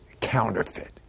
counterfeit